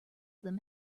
them